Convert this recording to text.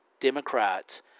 Democrats